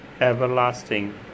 everlasting